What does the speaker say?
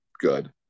good